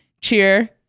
Cheer